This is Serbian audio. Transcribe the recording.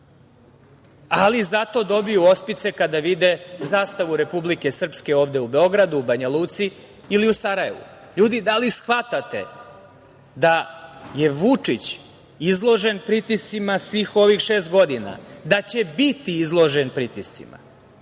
Ali, zato dobiju ospice kada vide zastavu Republike Srpske ovde u Beogradu, u Banjaluci ili u Sarajevu. Ljudi, da li shvatate da je Vučić izložen pritiscima svih ovih šest godina, da će biti izložen pritiscima